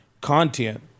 content